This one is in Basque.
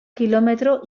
kilometro